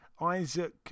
Isaac